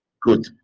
Good